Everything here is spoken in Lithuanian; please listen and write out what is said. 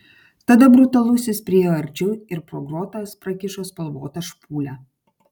tada brutalusis priėjo arčiau ir pro grotas prakišo spalvotą špūlę